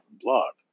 blog